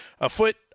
afoot